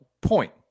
point